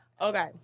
okay